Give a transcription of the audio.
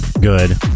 Good